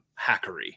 hackery